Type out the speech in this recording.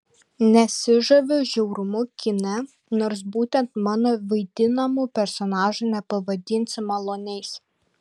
nesižaviu žiaurumu kine nors būtent mano vaidinamų personažų nepavadinsi maloniais